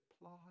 apply